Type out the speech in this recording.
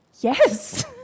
Yes